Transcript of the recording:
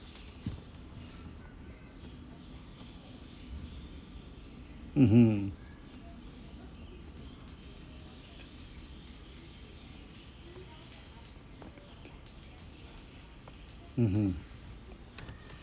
mmhmm mmhmm